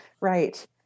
Right